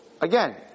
again